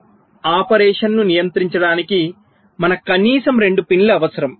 BIST ఆపరేషన్ను నియంత్రించడానికి మనకు కనీసం 2 పిన్లు అవసరం